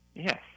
Yes